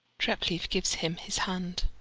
treplieff gives him his hand.